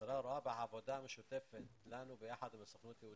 השרה רואה בעבודה המשותפת לנו ביחד עם הסוכנות היהודית,